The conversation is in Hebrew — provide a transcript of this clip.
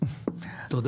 תודה.